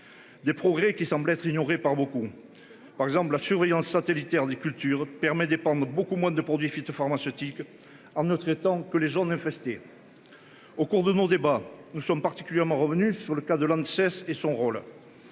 Des progrès qui semble être ignorée par beaucoup, par exemple la surveillance satellitaire des cultures permet dépendent beaucoup moins de produits phytopharmaceutiques. En ne traitant que les gens ne fait c'était. Au cours de nos débats. Nous sommes particulièrement revenu sur le cas de Lanxess et son rôle.